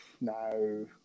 No